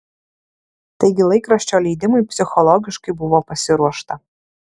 taigi laikraščio leidimui psichologiškai buvo pasiruošta